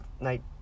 night